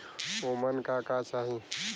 ओमन का का चाही?